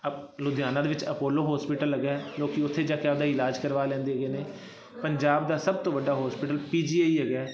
ਲੁਧਿਆਣਾ ਦੇ ਵਿੱਚ Apollo hospital ਹੈਗਾ ਲੋਕ ਉੱਥੇ ਜਾ ਕੇ ਆਪਦਾ ਇਲਾਜ ਕਰਵਾ ਲੈਂਦੇ ਹੈਗੇ ਨੇ ਪੰਜਾਬ ਦਾ ਸਭ ਤੋਂ ਵੱਡਾ ਹੋਸਪਿਟਲ ਪੀ ਜੀ ਆਈ ਹੈਗਾ